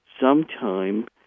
sometime